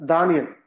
Daniel